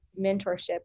mentorship